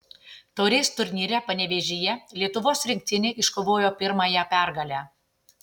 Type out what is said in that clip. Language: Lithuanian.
taurės turnyre panevėžyje lietuvos rinktinė iškovojo pirmąją pergalę